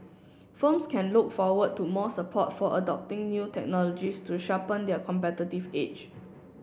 firms can look forward to more support for adopting new technologies to sharpen their competitive edge